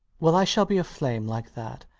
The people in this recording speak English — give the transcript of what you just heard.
well, i shall be a flame like that.